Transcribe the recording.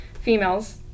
females